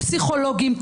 פסיכולוגים,